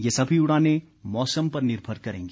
ये सभी उड़ानें मौसम पर निर्भर करेंगी